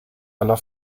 aller